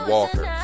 Walker